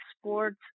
sports